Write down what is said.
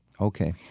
Okay